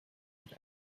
mit